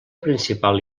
principal